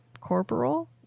corporal